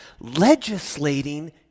legislating